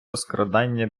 розкрадання